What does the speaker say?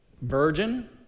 virgin